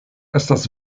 estas